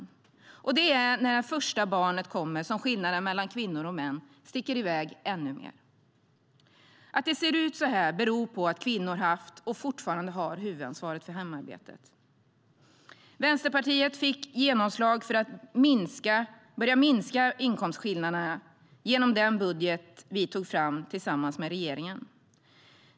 Och det är när det första barnet kommer som skillnaderna mellan kvinnor och män sticker iväg ännu mer. Vänsterpartiet fick genomslag för att börja minska inkomstskillnaderna genom den budget vi tog fram tillsammans med regeringen.